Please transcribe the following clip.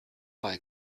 bei